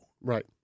Right